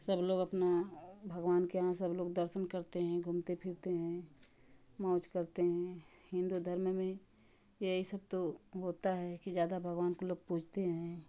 सब लोग अपना भगवान के यहाँ सब लोग दर्शन करते हैं घूमते फिरते हैं मौज करते है हिन्दू धर्म में यहीं सब तो होता है कि ज़्यादा भगवान को लोग पूजते हैं